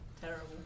Terrible